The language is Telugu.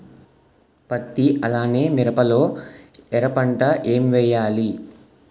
పత్తి అలానే మిరప లో ఎర పంట ఏం వేయాలి?